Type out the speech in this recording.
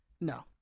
No